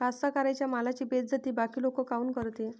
कास्तकाराइच्या मालाची बेइज्जती बाकी लोक काऊन करते?